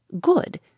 Good